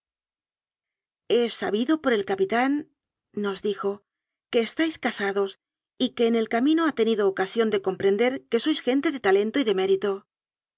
he sabido por el capitánnos dijoque estáis casados y que en el camino ha tenido ocasión de comprender que sois gente de talento y de mérito